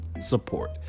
support